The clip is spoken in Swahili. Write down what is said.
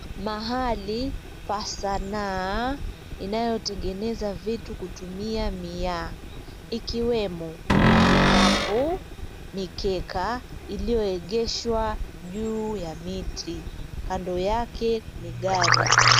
Mahali pa sanaa inayotengeneza vitu kutumia miaa ikiwemo: vikapu, mikeka, iliyoegeshwa juu ya miti. Kando yake ni gari.